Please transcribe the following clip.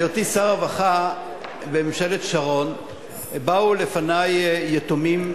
בהיותי שר הרווחה בממשלת שרון באו לפני יתומים